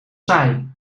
saai